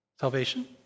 Salvation